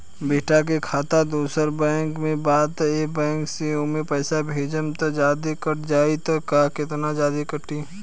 बेटा के खाता दोसर बैंक में बा त ए बैंक से ओमे पैसा भेजम त जादे कट जायी का त केतना जादे कटी?